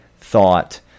thought